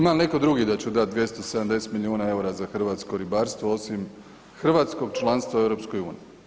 Ima li netko drugi da će dati 270 milijuna EUR-a za hrvatsko ribarstvo osim hrvatskog članstva u EU?